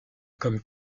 comme